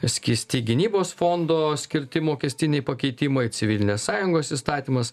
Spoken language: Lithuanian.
skysti gynybos fondo skirti mokestiniai pakeitimai civilinės sąjungos įstatymas